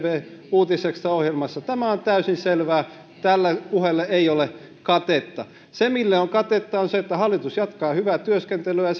uutisextra ohjelmassa tämä on täysin selvää tälle puheelle ei ole katetta se mille on katetta on se että hallitus jatkaa hyvää työskentelyään ja